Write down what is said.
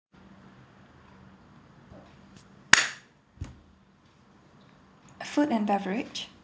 food and beverage